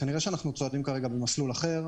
כנראה שאנחנו במסלול אחר,